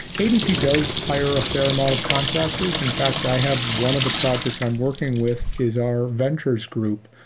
adp does hire a fair amount of contractors. in fact, i have one of the projects i'm working with is our ventures group.